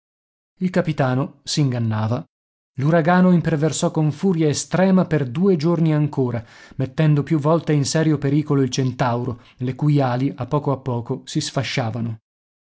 il capitano s'ingannava l'uragano imperversò con furia estrema per due giorni ancora mettendo più volte in serio pericolo il centauro le cui ali a poco a poco si sfasciavano